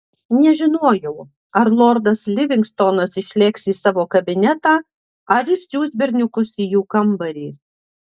nežinojau ar lordas livingstonas išlėks į savo kabinetą ar išsiųs berniukus į jų kambarį